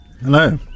Hello